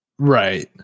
right